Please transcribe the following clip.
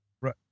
right